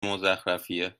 مزخرفیه